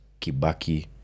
Kibaki